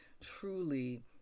Truly